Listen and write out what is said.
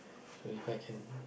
so If I can